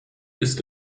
ist